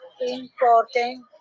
important